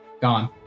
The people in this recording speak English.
Gone